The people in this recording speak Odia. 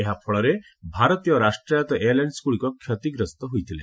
ଏହାଫଳରେ ଭାରତୀୟ ରାଷ୍ଟ୍ରାୟତ୍ତ ଏୟାରଲାଇନ୍ସଗୁଡ଼ିକ କ୍ଷତିଗ୍ରସ୍ତ ହୋଇଥିଲେ